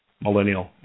millennial